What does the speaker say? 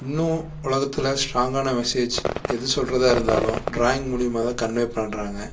இன்னும் உலகத்தில் ஸ்டாங்கான மெசேஜ் எது சொல்றதாக இருந்தாலும் ட்ராயிங் மூலியமாக தான் கன்வே பண்ணுறாங்க